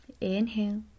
Inhale